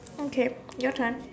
okay your turn